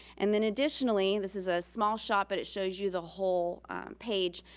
and then additionally, this is a small shot, but it shows you the whole page.